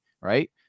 right